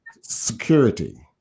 security